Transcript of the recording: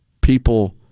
people